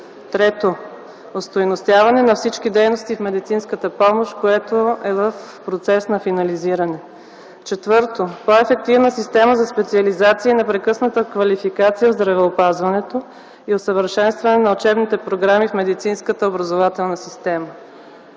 Трето, остойностяване на всички дейности в медицинската помощ, което е в процес на финализиране. Четвърто, по-ефективна система за специализация и непрекъсната квалификация в здравеопазването и усъвършенстване на учебните програми в медицинската образователна система.